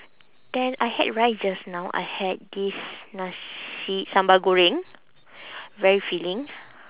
then I had rice just now I had this nasi sambal goreng very filling